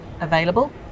available